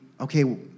okay